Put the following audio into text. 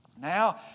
now